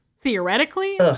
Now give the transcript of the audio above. theoretically